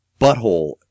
butthole